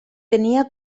tenia